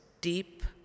deep